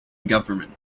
government